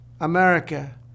America